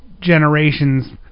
generation's